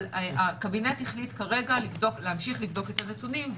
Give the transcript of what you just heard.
אבל הקבינט החליט כרגע להמשיך לבדוק את הנתונים,